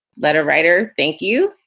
letter writer. thank you.